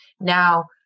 now